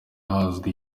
hazwi